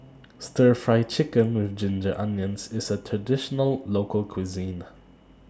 Stir Fry Chicken with Ginger Onions IS A Traditional Local Cuisine